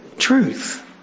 truth